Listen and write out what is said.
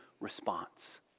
response